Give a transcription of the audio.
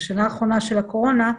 בשנה האחרונה של הקורונה,